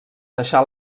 deixar